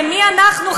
ומי אנחנו,